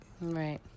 Right